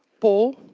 paul,